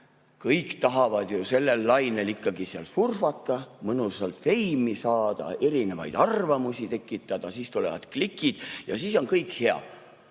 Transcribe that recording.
Kõik tahavad sellel lainel surfata, mõnusalt feimi saada, erinevaid arvamusi tekitada, siis tulevad klikid ja siis on kõik hea.